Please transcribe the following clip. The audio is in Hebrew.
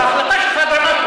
ההחלטה שלך דרמטית.